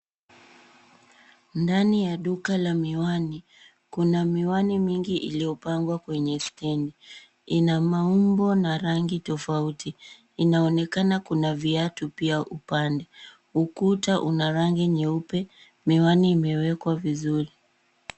Ndani ya duka la miwani, kuna miwani mingi iliyopangwa kwenye stendi. Ina maumbo na rangi tofauti. Inaonekana kuna viatu pia upande. Ukuta una rangi nyeupe, miwani imewekwa vizuri.